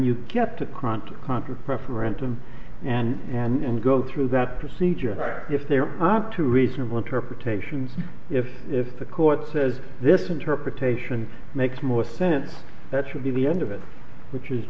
a contract preference him and and go through that procedure if there are two reasonable interpretations if if the court says this interpretation makes more sense that should be the end of it which is